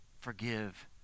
forgive